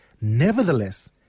nevertheless